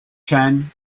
ten